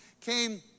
came